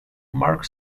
mark